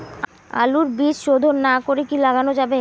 আলুর বীজ শোধন না করে কি লাগানো যাবে?